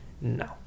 no